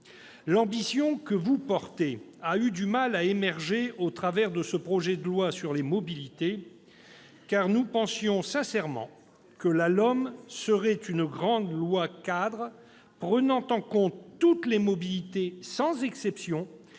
l'ambition que vous portez a eu du mal à émerger au travers de ce projet de loi d'orientation des mobilités. Nous pensions sincèrement que ce texte serait une grande loi-cadre prenant en compte toutes les mobilités sans exception